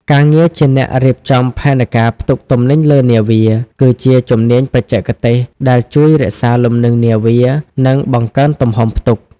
ការងារជាអ្នករៀបចំផែនការផ្ទុកទំនិញលើនាវា គឺជាជំនាញបច្ចេកទេសដែលជួយរក្សាលំនឹងនាវា និងបង្កើនទំហំផ្ទុក។